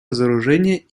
разоружения